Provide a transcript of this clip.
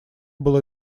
было